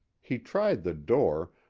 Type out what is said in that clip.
he tried the door,